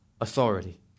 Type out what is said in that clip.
authority